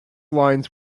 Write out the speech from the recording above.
lines